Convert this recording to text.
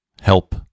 Help